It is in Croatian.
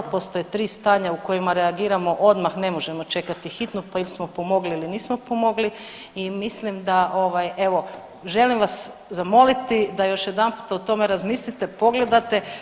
Postoje 3 stanja u kojima reagiramo odmah, ne možemo čekati hitnu, pa ili smo pomogli ili nismo pomogli i mislim da ovaj evo želim vas zamoliti da još jedanputa o tome razmislite pogledate.